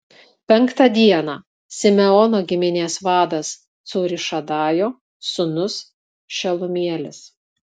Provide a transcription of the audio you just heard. penktą dieną simeono giminės vadas cūrišadajo sūnus šelumielis